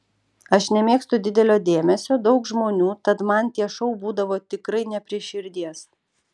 aš nemėgstu didelio dėmesio daug žmonių tad man tie šou būdavo tikrai ne prie širdies